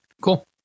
Cool